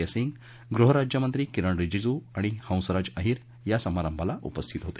के सिंग गृहराज्यमंत्री किरण रिजीजू आणि हंसराज अहीर या समारंभात उपस्थित होते